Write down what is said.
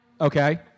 okay